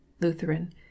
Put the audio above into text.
Lutheran